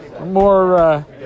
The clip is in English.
more